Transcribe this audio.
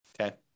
Okay